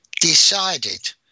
decided